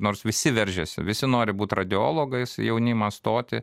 nors visi veržiasi visi nori būti radiologais jaunimas stoti